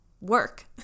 work